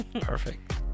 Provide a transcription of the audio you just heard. perfect